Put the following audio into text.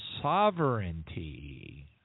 sovereignty